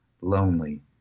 Lonely